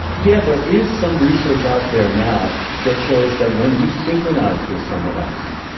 yeah there is some research out there now that shows that when you synchronise with someone else,